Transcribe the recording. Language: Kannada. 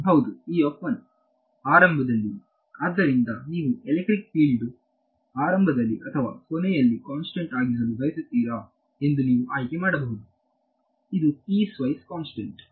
ಹೌದು ಆರಂಭದಲ್ಲಿಯೆ ಆದ್ದರಿಂದ ನೀವು ಎಲೆಕ್ಟ್ರಿಕ್ ಫೀಲ್ಡ್ವು ಆರಂಭದಲ್ಲಿ ಅಥವಾ ಕೊನೆಯಲ್ಲಿ ಕಾನ್ಸ್ಟೆಂಟ್ ಆಗಿರಲು ಬಯಸುತ್ತೀರಾ ಎಂದು ನೀವು ಆಯ್ಕೆ ಮಾಡಬಹುದು ಇದು ಪೀಸ್ ವೈಸ್ ಕಾನ್ಸ್ಟೆಂಟ್